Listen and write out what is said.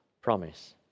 promise